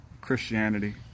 Christianity